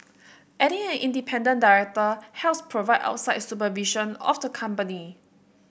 adding an independent director helps provide outside supervision of the company